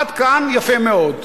עד כאן יפה מאוד,